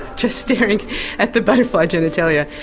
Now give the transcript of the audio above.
just staring at the butterfly genitalia.